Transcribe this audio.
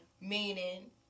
Meaning